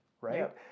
right